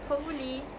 hopefully